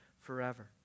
forever